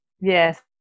Yes